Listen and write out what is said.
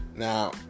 Now